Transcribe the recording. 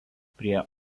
prie